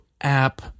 app